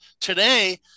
today